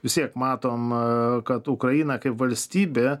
vis tiek matom kad ukraina kaip valstybė